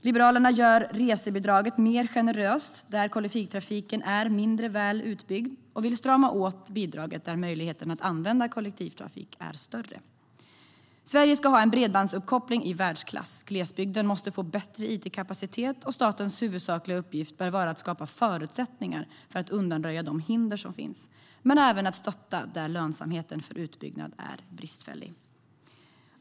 Liberalerna gör resebidraget mer generöst där kollektivtrafiken är mindre väl utbyggd, och vi vill strama åt bidraget där möjligheterna att använda kollektivtrafik är större. Sverige ska ha en bredbandsuppkoppling i världsklass. Glesbygden måste få bättre it-kapacitet. Statens huvudsakliga uppgift bör vara att skapa förutsättningar för att undanröja de hinder som finns, men även att stötta där lönsamheten för utbyggnad är bristfällig.